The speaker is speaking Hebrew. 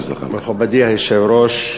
מכובדי היושב-ראש,